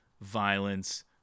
violence